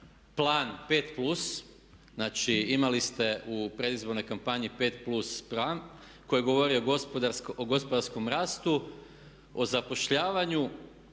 plan 5+. Znači imali ste u predizbornoj kampanji 5+ plan koji govori o gospodarskom rastu, o zapošljavanju,